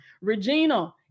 Regina